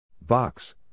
Box